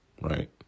right